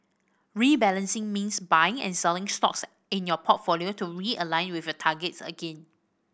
rebalancing means buying and selling stocks in your portfolio to realign with your targets again